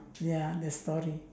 ya the story